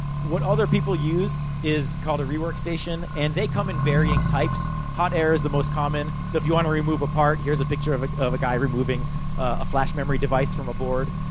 what other people use is called a rework station. and, they come in varying types. hot air is the most common. so, if you wanna remove a part, here's a picture of a of a guy removing a flash memory device from a board.